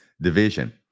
division